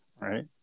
right